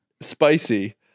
Spicy